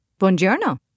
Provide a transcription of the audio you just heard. Buongiorno